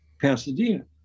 Pasadena